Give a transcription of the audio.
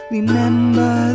Remember